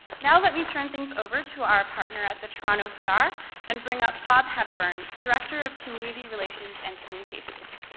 now let me turn things over to our partner at the toronto star and bring up bob hepburn, director of community relations and communications.